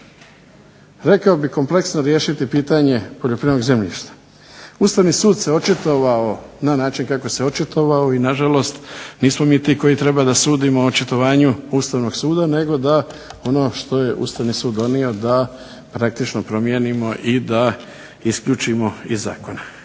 rekao bih kompleksno riješiti pitanje poljoprivrednog zemljišta. Ustavni sud se očitovao na način kako se očitovao i nažalost nismo mi ti koji treba da sudimo o očitovanju Ustavnog suda nego da je ono što je Ustavni sud donio praktički promijenimo i isključimo iz zakona.